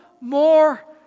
more